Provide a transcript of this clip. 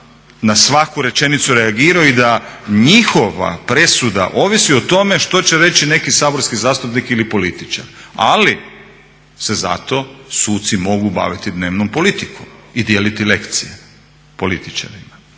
na svaku rečenicu reagiraju i da njihova presuda ovisi o tome što će reći neki saborski zastupnik ili političar, ali se zato suci mogu baviti dnevnom politikom i dijeliti lekcije političarima.